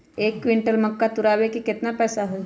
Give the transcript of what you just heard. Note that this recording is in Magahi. एक क्विंटल मक्का तुरावे के केतना पैसा होई?